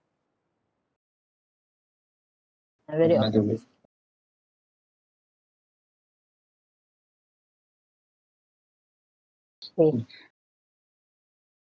already so